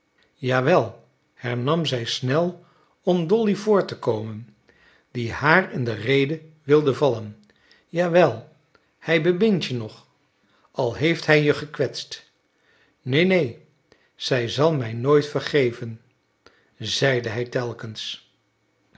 wel hernam zij snel om dolly voor te komen die haar in de rede wilde vallen ja wel hij bemint je nog al heeft hij je gekwetst neen neen zij zal mij nooit vergeven zeide hij telkens